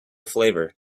flavor